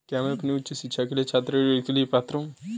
क्या मैं अपनी उच्च शिक्षा के लिए छात्र ऋण के लिए पात्र हूँ?